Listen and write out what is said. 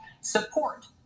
support